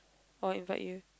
or invite you